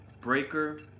Breaker